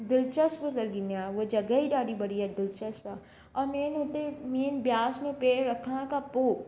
दिलचस्पु लॻंदी आहे हूअ जॻह ई ॾाढी बढ़िया दिलचस्पु आहे ऐं मेन हुते मेन ब्यास में पेर रखण खां पोइ